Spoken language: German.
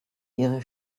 ihre